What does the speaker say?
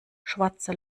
schwarze